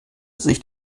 sich